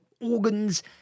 organs